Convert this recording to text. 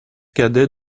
cadet